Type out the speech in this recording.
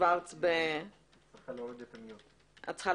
יש לנו